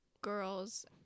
girls